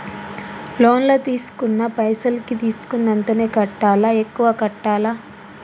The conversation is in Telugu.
లోన్ లా తీస్కున్న పైసల్ కి తీస్కున్నంతనే కట్టాలా? ఎక్కువ కట్టాలా?